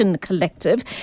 Collective